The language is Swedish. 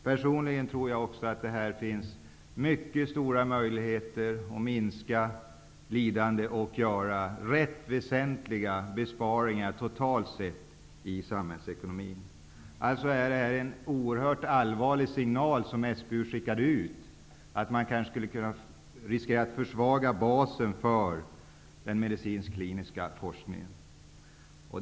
Personligen tror jag att det här finns mycket stora möjligheter att minska lidande och att göra rätt väsentliga besparingar totalt sett i samhällsekonomin. SBU skickade alltså ut en oerhört allvarlig signal, dvs. att basen för den medicinsk-kliniska forskningen riskerade att försvagas.